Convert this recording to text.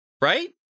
right